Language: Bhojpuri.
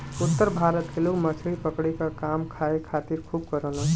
उत्तर भारत के लोग मछली पकड़े क काम खाए खातिर खूब करलन